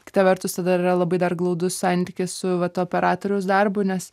kita vertus tai dar yra labai dar glaudus santykis su vat operatoriaus darbu nes